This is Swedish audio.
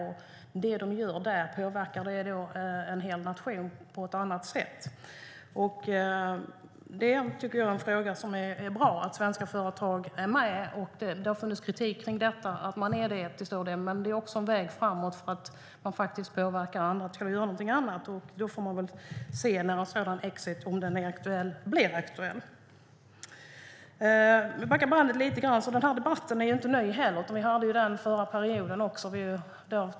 Påverkar det de gör där en hel nation på ett annat sätt? Jag tycker att det är bra att svenska företag är med. Det har funnits kritik mot att de är det till stor del, men det är också en väg framåt då de faktiskt påverkar andra att göra något annat. Man får se om och när en sådan exit blir aktuell. Om vi backar bandet lite är denna debatt inte ny, utan vi hade den också under den förra perioden.